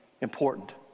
important